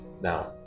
now